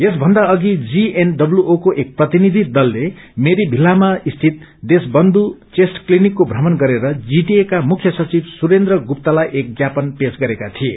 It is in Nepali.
यसभन्दा अधि जीएनडब्ल्यूओको एक प्रतिनिधि दलले मेरी भिल्लामा स्थित देशकन्यु चेस्ट क्लिनिकको थ्रमण गरेर जीटीएका मुख्य सचिव सुरेन्द्र गत्तालाई एक ज्ञापन पेश गरेका विए